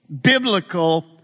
biblical